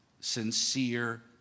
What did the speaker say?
sincere